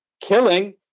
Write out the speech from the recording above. killing